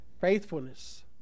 faithfulness